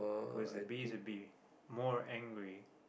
cause a bee is a bee more angry